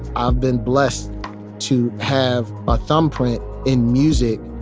i've been blessed to have a thumbprint in music,